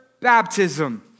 baptism